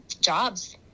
jobs